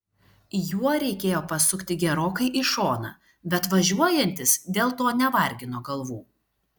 juo reikėjo pasukti gerokai į šoną bet važiuojantys dėl to nevargino galvų